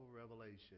revelation